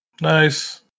Nice